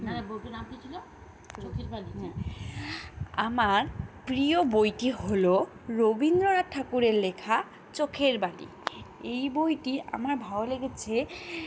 আমার প্রিয় বইটি হলো রবীন্দ্রনাথ ঠাকুরের লেখা চোখেরবালি এই বইটি আমার ভালো লেগেছে